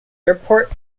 airport